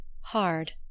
hard